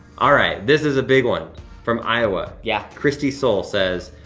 all right, this is a big one from iowa. yeah. christie seoul says,